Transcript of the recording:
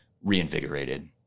reinvigorated